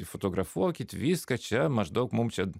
fotografuokit viską čia maždaug mum čia